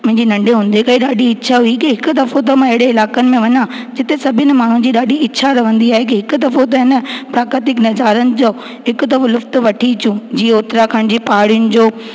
मुंहिंजी नंढे हुंदे खां ई ॾाढी इछा हुई की हिकु दफ़ो त मां अहिड़े इलाइक़नि में वञा जिते सभिनि माण्हुनि जी ॾाढी इछा रहंदी आहे की हिकु दफ़ो एन प्राकर्तिक नज़ारनि जो हिकु दफ़ो लुफ्त वठी अचूं जी उत्तराखंड जी पहाड़ियुनि जो